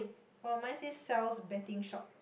oh mine says sells betting shop